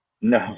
no